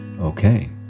Okay